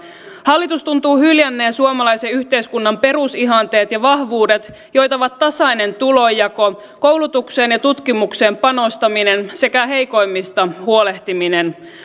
hallitus tuntuu hyljänneen suomalaisen yhteiskunnan perusihanteet ja vahvuudet joita ovat tasainen tulonjako koulutukseen ja tutkimukseen panostaminen sekä heikoimmista huolehtiminen